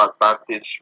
advantage